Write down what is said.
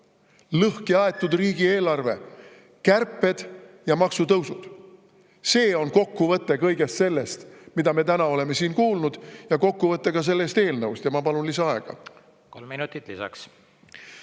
Lõhki aetud riigieelarve, kärped ja maksutõusud! See on kokkuvõte kõigest sellest, mida me täna oleme siin kuulnud, ja kokkuvõte ka sellest eelnõust. Ma palun lisaaega. Kolm minutit lisaks.